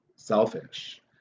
selfish